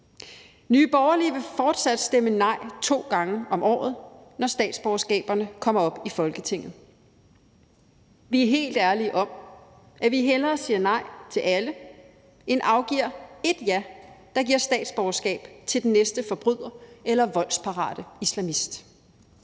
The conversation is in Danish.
Nye Borgerlige vil fortsat stemme nej to gange om året, når statsborgerskaberne kommer op i Folketinget. Vi er helt ærlige om, at vi hellere siger nej til alle end afgiver ét ja, der giver statsborgerskab til den næste forbryder eller voldsparate islamist.